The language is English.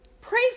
Pray